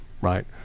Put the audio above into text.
right